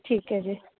ਠੀਕ ਹੈ ਜੀ